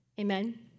Amen